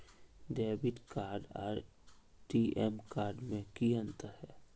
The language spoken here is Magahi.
डेबिट कार्ड आर टी.एम कार्ड में की अंतर है?